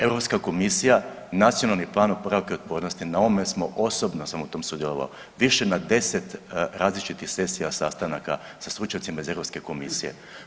Europska komisija Nacionalnim planom oporavka i otpornosti na ovome smo, osobno sam na tome sudjelovao, više na 10 različitih sesija, sastanaka sa stručnjacima iz Europske komisije.